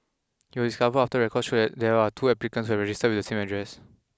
he was discovered after records showed that there were two applicants who had registered with the same address